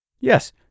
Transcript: Yes